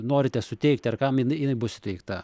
norite suteikti ar kam jinai jinai bus suteikta